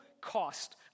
cost